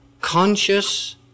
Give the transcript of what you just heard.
conscious